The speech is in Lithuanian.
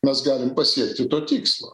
mes galim pasiekti to tikslo